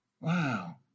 Wow